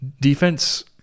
Defense